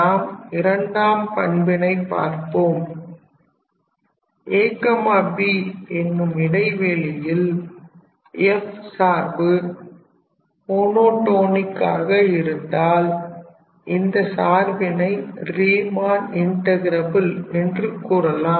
நாம் இரண்டாம் பண்பினை பார்ப்போம் ab என்னும் இடைவெளியில் f சார்பு மோனோடோனிக்காக இருந்தால் இந்த சார்பினை ரீமன் இன்ட்டகிரபில் என்று கூறலாம்